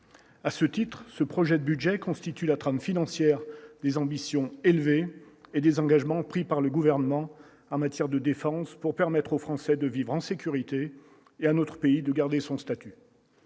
à ce titre, ce projet de budget constitue la trame financière des ambitions élevées et des engagements pris par le gouvernement en matière de défense pour permettre aux Français de vivre en sécurité et à notre pays de garder son statut.